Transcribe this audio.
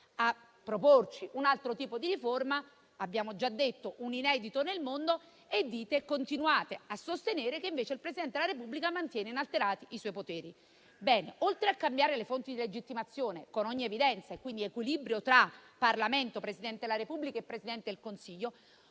a proporci un altro tipo di riforma che, come abbiamo già detto, è un inedito nel mondo e continuate a sostenere che, invece, il Presidente della Repubblica mantiene inalterati i suoi poteri. Ebbene, oltre a cambiare le fonti di legittimazione, con ogni evidenza, e quindi l'equilibrio tra Parlamento, Presidente della Repubblica e Presidente del Consiglio,